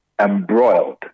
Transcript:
embroiled